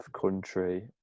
country